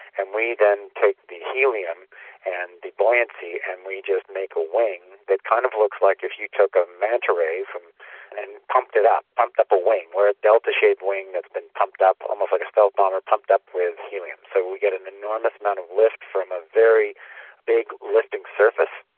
and we then take the helium and the buoyancy and we just make a wing that kind of looks like if you took a manta ray and pumped it up, pumped up a wing. we're a delta-shaped wing that's been pumped up, um almost like a stealth bomber, pumped up with helium. so we get an enormous amount of lift from a very big lifting surface.